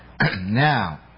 Now